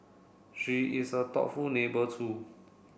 she is a thoughtful neighbour too